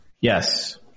Yes